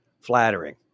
flattering